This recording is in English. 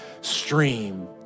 stream